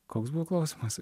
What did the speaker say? koks buvo klausimas